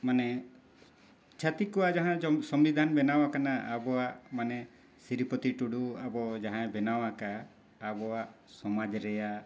ᱢᱟᱱᱮ ᱪᱷᱟᱛᱤᱠ ᱠᱚᱣᱟᱜ ᱡᱟᱦᱟᱸ ᱥᱚᱝᱵᱤᱫᱷᱟᱱ ᱵᱮᱱᱟᱣ ᱠᱟᱱᱟ ᱟᱵᱚᱣᱟᱜ ᱢᱟᱱᱮ ᱥᱨᱤᱯᱚᱛᱤ ᱴᱩᱰᱩ ᱟᱵᱚ ᱡᱟᱦᱟᱸᱭ ᱵᱮᱱᱟᱣ ᱟᱠᱟᱫ ᱟᱵᱚᱣᱟᱜ ᱥᱚᱢᱟᱡᱽ ᱨᱮᱭᱟᱜ